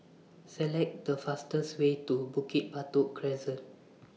Select The fastest Way to Bukit Batok Crescent